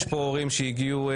יש פה הורים מאילת